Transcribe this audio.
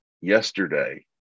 yesterday